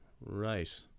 Right